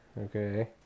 okay